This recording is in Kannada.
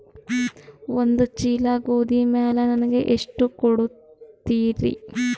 ಒಂದ ಚೀಲ ಗೋಧಿ ಮ್ಯಾಲ ನನಗ ಎಷ್ಟ ಕೊಡತೀರಿ?